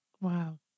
Wow